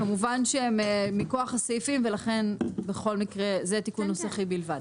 כמובן שהן מכוח הסעיפים ולכן בכל מקרה זה תיקון נוסחי בלבד.